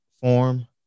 form